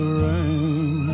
rain